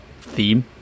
theme